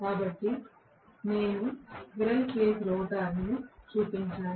కాబట్టి నేను squirrel cage rotor చూపించాను